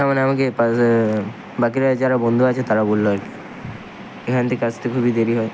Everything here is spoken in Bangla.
কেননা আমাকে পা বাকিরা যারা বন্ধু আছে তারা বললো আর কী এখান থেকে আসতে খুবই দেরি হয়